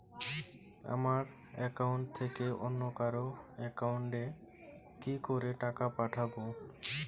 আমার একাউন্ট থেকে অন্য কারো একাউন্ট এ কি করে টাকা পাঠাবো?